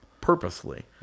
purposely